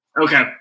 Okay